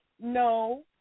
no